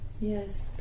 Yes